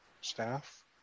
staff